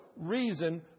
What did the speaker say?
reason